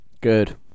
good